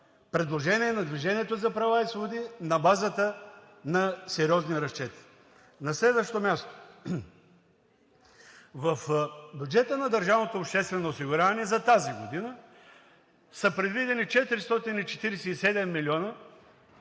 предложение на „Движение за права и свободи“ на базата на сериозни разчети. На следващо място, в бюджета на държавното обществено осигуряване за тази година са предвидени 447 милиона